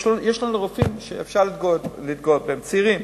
יש לנו רופאים שאפשר להתגאות בהם, צעירים.